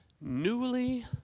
newly